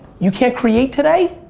you can't create today?